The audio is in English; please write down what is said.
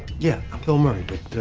yeah, i'm bill murray. but ahh,